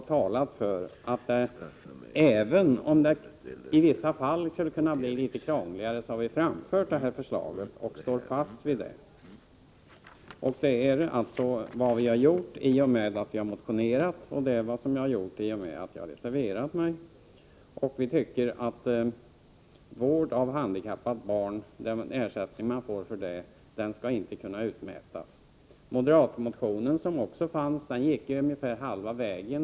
Men även om vårt förslag skulle kunna medföra visst krångel har vi framfört det av rättviseskäl, och vi står fast vid det. Det har vi gjort i och med att vi har motionerat och i och med att jag har reserverat mig. Vi tycker att den ersättning man får för vård av handikappat barn inte skall kunna utmätas. Den moderata motionen gick ungefär halva vägen.